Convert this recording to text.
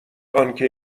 آنکه